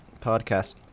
podcast